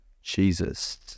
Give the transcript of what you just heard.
jesus